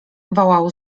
wołał